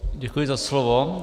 Děkuji za slovo.